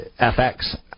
FX